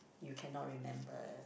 you cannot remember